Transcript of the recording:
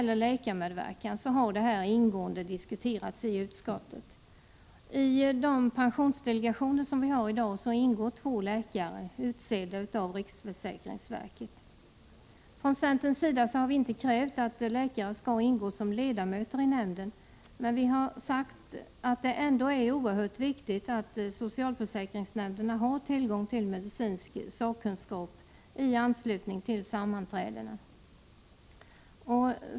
Läkarmedverkan har ingående diskuterats i utskottet. I de pensionsdelegationer vi har i dag ingår två läkare, utsedda av riksförsäkringsverket. Från centerns sida har vi ej krävt att läkare skall ingå som ledamöter i nämnden, men vi har sagt att det ändå är oerhört viktigt att socialförsäkringsnämnderna har tillgång till medicinsk sakkunskap i anslutning till sammanträdena.